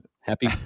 happy